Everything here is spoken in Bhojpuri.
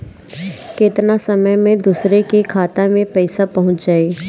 केतना समय मं दूसरे के खाता मे पईसा पहुंच जाई?